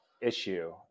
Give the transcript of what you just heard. issue